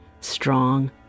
strong